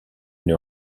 une